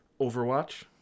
Overwatch